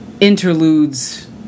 interludes